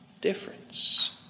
difference